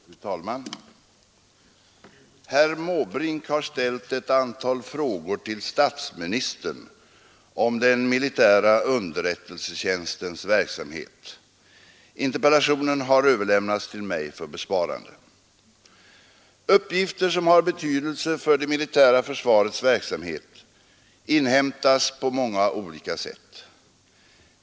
Fru talman! Herr Måbrink har ställt ett antal frågor till statsministern om den militära underrättelsetjänstens verksamhet. Interpellationen har överlämnats till mig för besvarande. Uppgifter som har betydelse för det militära försvarets verksamhet inhämtas på många olika sätt.